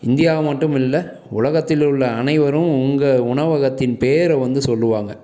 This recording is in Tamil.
இந்தியா மட்டும் இல்லை உலகத்தில் உள்ள அனைவரும் உங்கள் உணவகத்தின் பேரை வந்து சொல்லுவாங்க